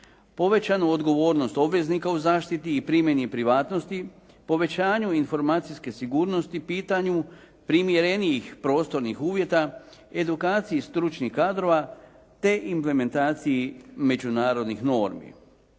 povećanu odgovornost obveznika u zaštiti i primjeni privatnosti, povećanju informacijske sigurnosti, pitanju primjerenijih prostornih uvjeta, edukaciji stručnih kadrova te implementaciji međunarodnih normi.